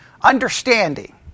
understanding